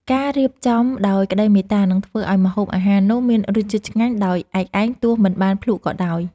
ការរៀបចំដោយក្តីមេត្តានឹងធ្វើឱ្យម្ហូបអាហារនោះមានរសជាតិឆ្ងាញ់ដោយឯកឯងទោះមិនបានភ្លក្សក៏ដោយ។